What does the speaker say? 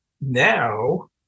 now